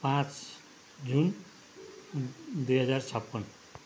पाँच जुन दुई हजार छपन्न